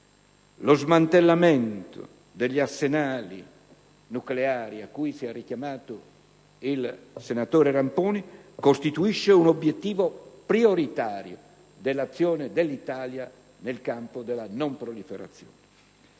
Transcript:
Lo smantellamento degli arsenali nucleari a cui ci ha richiamato il senatore Ramponi costituisce un obiettivo prioritario dell'azione dell'Italia nel campo della non proliferazione,